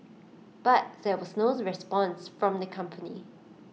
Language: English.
but there was no response from the company